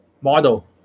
Model